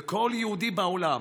וכל יהודי בעולם,